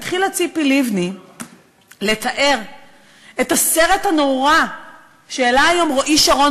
התחילה ציפי לבני לתאר את הסרט הנורא שהעלה היום רועי שרון